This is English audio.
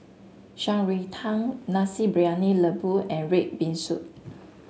Shan Rui Tang Nasi Briyani Lembu and red bean soup